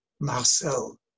Marcel